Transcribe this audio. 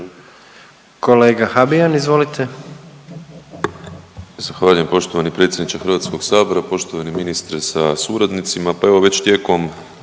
**Habijan, Damir (HDZ)** Zahvaljujem poštovani predsjedniče Hrvatskog sabora. Poštovani ministre sa suradnicima,